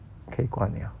可以关 liao